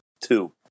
two